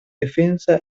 defensa